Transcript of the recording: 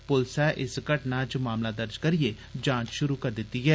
पुलसै इस घटना च मामला दर्ज करिए जांच शुरू करी दित्ती ऐ